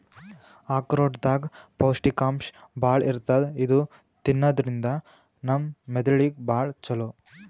ಆಕ್ರೋಟ್ ದಾಗ್ ಪೌಷ್ಟಿಕಾಂಶ್ ಭಾಳ್ ಇರ್ತದ್ ಇದು ತಿನ್ನದ್ರಿನ್ದ ನಮ್ ಮೆದಳಿಗ್ ಭಾಳ್ ಛಲೋ